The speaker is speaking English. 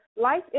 Life